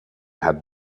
had